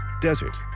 desert